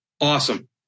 Awesome